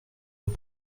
aux